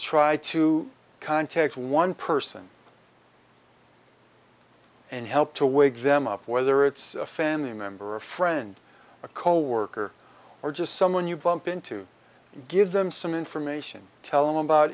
try to contact one person and help to wake them up whether it's a family member a friend a coworker or just someone you bump into give them some information tell them about